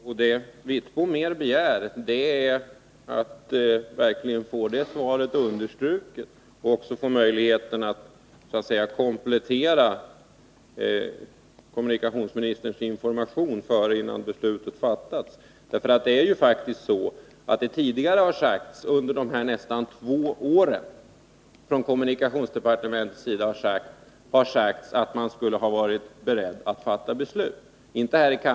Fru talman! Vad jag mer begär är att verkligen få kommunikationsministerns svar understruket och också att få möjlighet att komplettera kommunikationsministerns information innan beslutet fattas. Under dessa nästan två år har det också tidigare sagts från kommunikationsdepartementets sida att man varit beredd att fatta beslut.